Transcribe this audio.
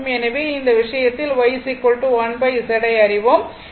எனவே இந்த விஷயத்தில் Y 1 Z ஐ அறிவோம்